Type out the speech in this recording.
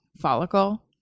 follicle